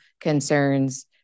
concerns